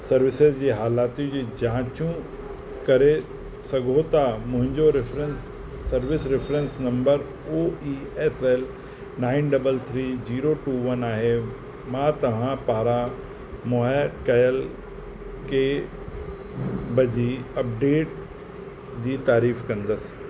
services जी हालतियूं जी जांचु करे सघो था मुंहिजो reference service reference number O E F L nine double three zero two one आहे मां तहां पारां मुहैया कयल के बजी अपडेट जी तारीफ कंदस